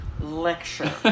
lecture